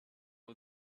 was